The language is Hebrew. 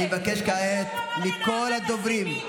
אני מבקש כעת מכל הדוברים,